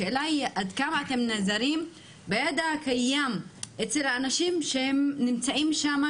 השאלה היא עד כמה אתם נעזרים בידע הקיים אצל האנשים שנמצאים שם,